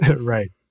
right